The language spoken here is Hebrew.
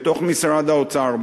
בתוך משרד האוצר,